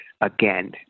Again